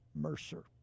Mercer